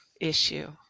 issue